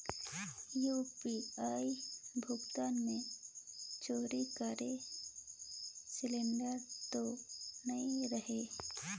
UPI भुगतान मे चोरी कर सिलिंडर तो नइ रहु?